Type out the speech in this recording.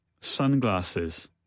Sunglasses